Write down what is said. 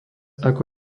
ako